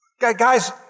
Guys